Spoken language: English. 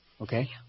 Okay